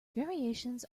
variations